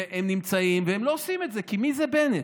הם נמצאים והם לא עושים את זה, כי מי זה בנט?